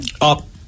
Up